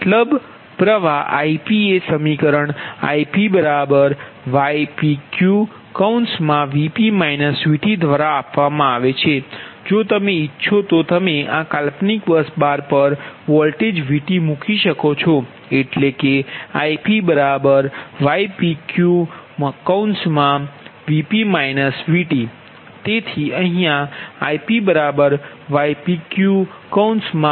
મતલબ પ્રવાહ Ip એ સમીકરણ Ipypq દ્વારા આપવામાં આવે છે જો તમે ઇચ્છો તો તમે આ કાલ્પનિક બસ બાર પર વોલ્ટેજ Vt મૂકી શકો છો એટલે કે Ipypq તેથી અહીયા Ipypq લખ્યુ છે